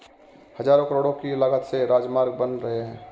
हज़ारों करोड़ की लागत से राजमार्ग बन रहे हैं